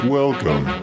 welcome